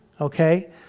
okay